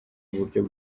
uburyo